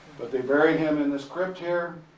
but they buried him in this crypt here,